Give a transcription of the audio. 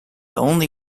only